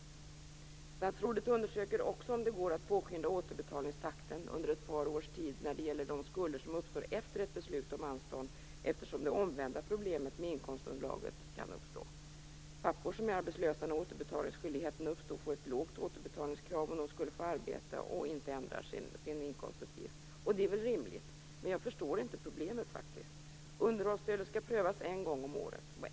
Statsrådet undersöker också om det går att påskynda återbetalningstakten under ett par års tid när det gäller de skulder som uppstår efter ett beslut om anstånd eftersom det omvända problemet med inkomstunderlaget kan uppstå. Pappor som är arbetslösa när återbetalningsskyldigheten uppstår får ett lågt återbetalningskrav om de skulle få arbete och inte ändrar sin inkomstuppgift. Och det är väl rimligt, men jag förstår faktiskt inte problemet. Underhållsstödet skall prövas en gång om året.